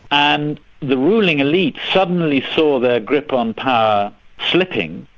and the ruling elite suddenly saw their grip on power slipping,